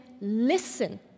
listen